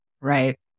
right